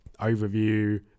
Overview